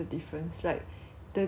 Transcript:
会有不同样